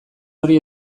hori